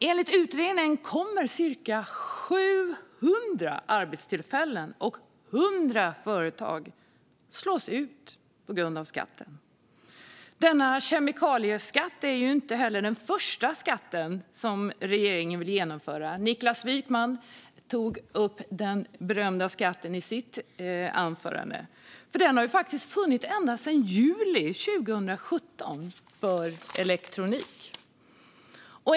Enligt utredningen kommer cirka 700 arbetstillfällen och 100 företag att slås ut på grund av skatten. Denna kemikalieskatt är inte heller den första som regeringen vill införa - Niklas Wykman tog upp den berömda skatten i sitt anförande - utan det har faktiskt funnits en sådan för elektronik ända sedan juli 2017.